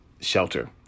shelter